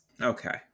okay